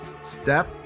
Step